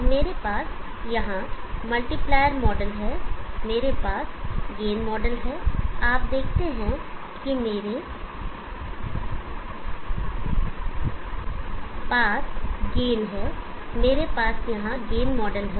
तो मेरे पास यहाँ मल्टीप्लायर मॉडल है मेरे पास गेन मॉडल है आप देखते हैं कि मेरे पास गेन है मेरे पास यहाँ गेन मॉडल है